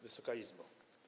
Wysoka Izbo!